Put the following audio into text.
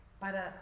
para